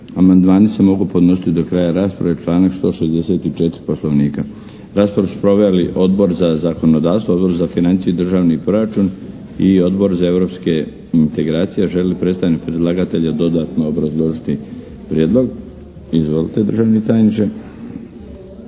Amandmani se mogu podnositi do kraja rasprave članak 164. Poslovnika. Raspravu su proveli Odbor za zakonodavstvo, Odbor za financije i državni proračun i Odbor za Europske integracije. Želi li predstavnik predlagatelja dodatno obrazložiti prijedlog? Izvolite državni tajniče!